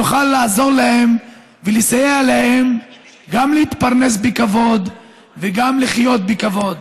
שנוכל לעזור להם ולסייע להם גם להתפרנס בכבוד וגם לחיות בכבוד.